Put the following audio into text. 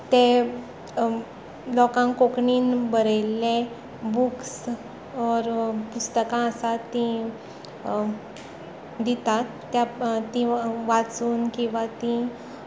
ते लोकांक कोंकणीन बरयिल्ले बूक्स ओर पुस्तकां आसात तीं दितात तीं वाचून